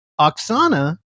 Oksana